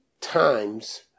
Times